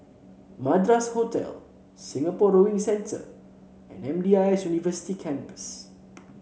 Madras Hotel Singapore Rowing Centre and M D I S University Campus